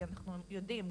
כי אנחנו יודעים,